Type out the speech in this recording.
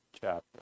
chapter